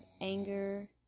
anger